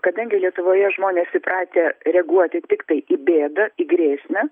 kadangi lietuvoje žmonės įpratę reaguoti tiktai į bėdą į grėsmę